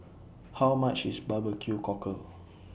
How much IS Barbecue Cockle